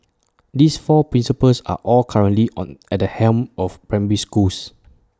these four principals are all currently on at the helm of primary schools